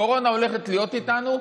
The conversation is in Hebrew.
הקורונה הולכת להיות איתנו.